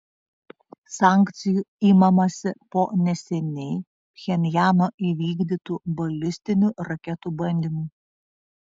sankcijų imamasi po neseniai pchenjano įvykdytų balistinių raketų bandymų